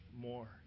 more